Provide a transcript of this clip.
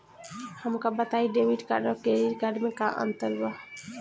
हमका बताई debit card और क्रेडिट कार्ड में का अंतर बा?